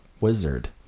wizard